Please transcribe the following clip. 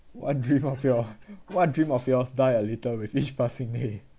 what dream of your what dream of yours die a little with each passing day